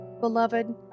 Beloved